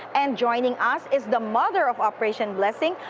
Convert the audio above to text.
and joining us is the mother of operation blessing,